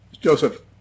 Joseph